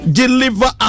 deliver